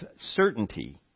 certainty